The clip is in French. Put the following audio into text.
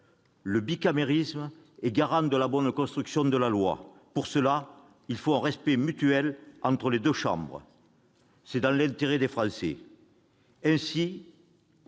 Le bicamérisme est le garant de la bonne construction de la loi. Pour qu'il puisse jouer son rôle, il faut un respect mutuel entre les deux chambres. C'est dans l'intérêt des Français. Ainsi,